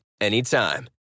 anytime